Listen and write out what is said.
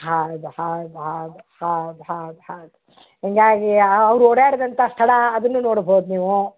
ಹೌದು ಹೌದು ಹೌದು ಹೌದು ಹೌದು ಹೌದು ಹೀಗಾಗಿ ಅವ್ರು ಓಡಾಡಿದಂಥ ಸ್ಥಳ ಅದನ್ನು ನೋಡ್ಬೋದು ನೀವು